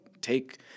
take